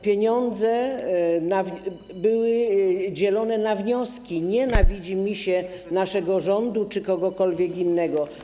Pieniądze były dzielone na wnioski, nie na widzimisię naszego rządu czy kogokolwiek innego.